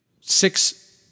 Six